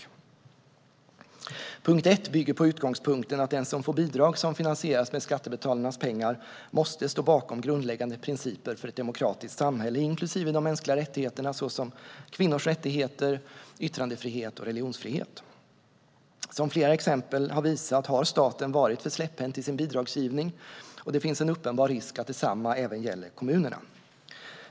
Punkt ett bygger på utgångspunkten att den som får bidrag som finansieras med skattebetalarnas pengar måste stå bakom grundläggande principer för ett demokratiskt samhälle, inklusive de mänskliga rättigheterna såsom kvinnors rättigheter, yttrandefrihet och religionsfrihet. Som flera exempel har visat har staten varit för släpphänt i sin bidragsgivning, och det finns en uppenbar risk för att detsamma även gäller kommunerna.